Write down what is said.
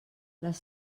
les